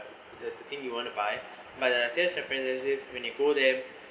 the thing you want to buy but the sales representative when you go there